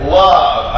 love